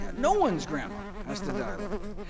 yeah no one's grandma has to die like that.